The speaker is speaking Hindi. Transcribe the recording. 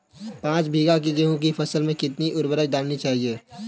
पाँच बीघा की गेहूँ की फसल में कितनी उर्वरक डालनी चाहिए?